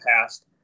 past